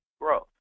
growth